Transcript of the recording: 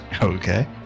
Okay